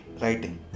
writing